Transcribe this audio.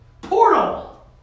portal